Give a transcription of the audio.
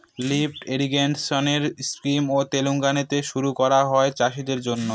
lift irrigation scheme তেলেঙ্গানাতে শুরু করা হয় চাষীদের জন্য